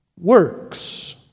works